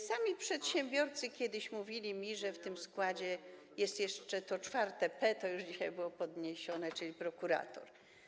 Sami przedsiębiorcy kiedyś mi mówili, że w tym składzie jest jeszcze to czwarte P, to już dzisiaj było podniesione, czyli prokurator.